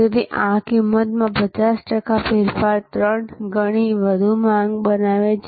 તેથી આ કિંમતમાં 50 ટકા ફેરફાર 3 ગણી વધુ માંગ બનાવે છે